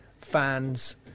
fans